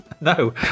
No